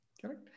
Correct